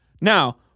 Now